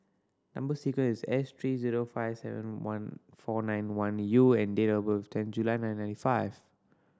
number sequence is S three zero five seven one four nine one U and date of birth is ten July nineteen fifty five